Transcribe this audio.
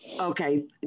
Okay